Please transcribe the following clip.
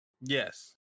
Yes